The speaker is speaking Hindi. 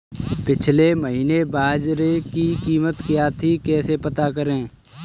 पिछले महीने बाजरे की कीमत क्या थी कैसे पता करें?